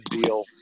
deal